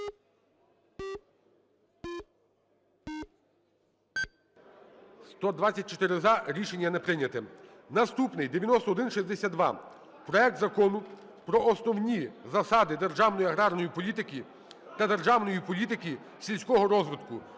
За-124 Рішення не прийнято. Наступний. 9162 – проект Закону про основні засади державної аграрної політики та державної політики сільського розвитку.